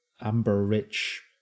amber-rich